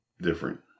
different